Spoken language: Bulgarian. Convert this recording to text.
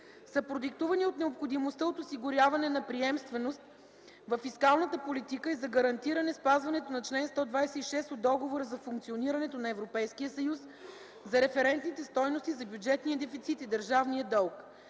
са продиктувани от необходимостта от осигуряване на приемственост във фискалната политика и за гарантиране спазването на чл. 126 от Договора за функционирането на Европейския съюз за референтните стойности за бюджетния дефицит и държавния дълг.